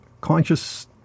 conscious